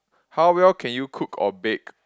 how well can you cook or bake